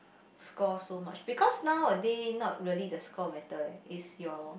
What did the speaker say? score so much because nowadays not really the score matter lah is your